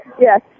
yes